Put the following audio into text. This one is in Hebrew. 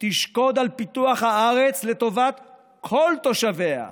תשקוד על פיתוח הארץ לטובת כל תושביה,